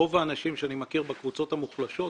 רוב האנשים שאני מכיר בקבוצות המוחלשות,